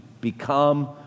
become